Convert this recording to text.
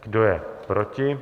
Kdo je proti?